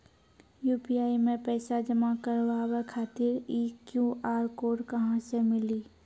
UPI मे पैसा जमा कारवावे खातिर ई क्यू.आर कोड कहां से मिली?